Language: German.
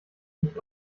nicht